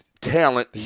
talent